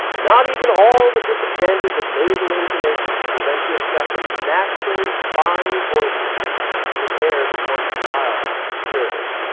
not even all the disadvantage of nasal intonation could prevent the effect of a naturally fine voices in airs it once wild and spirited.